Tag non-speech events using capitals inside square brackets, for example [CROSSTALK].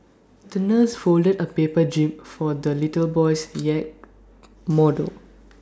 the nurse folded A paper jib for the little boy's yacht [NOISE] model